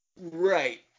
Right